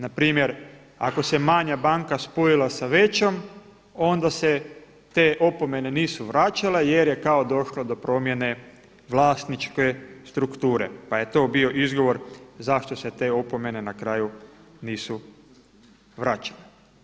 Na primjer ako se manja banka spojila sa većom onda se te opomene nisu vraćale, jer je kao došlo do promjene vlasničke strukture pa je to bio izgovor zašto se te opomene na kraju nisu vraćale.